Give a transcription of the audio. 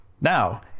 Now